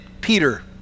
Peter